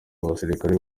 abasirikare